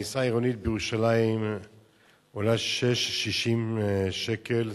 נסיעה עירונית בירושלים עולה 6.60 שקל,